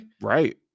right